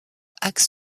axe